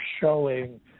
showing